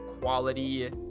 quality